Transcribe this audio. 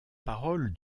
paroles